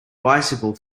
bicycle